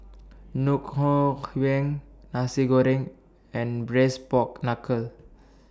Ngoh Hiang Nasi Goreng and Braised Pork Knuckle